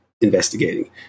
investigating